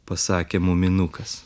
pasakė muminukas